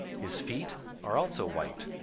his feet are also white.